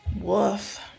Woof